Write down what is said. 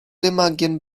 remagen